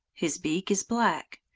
his beak is black.